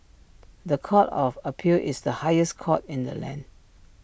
The Court of appeal is the highest court in the land